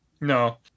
No